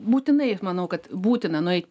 būtinai manau kad būtina nueit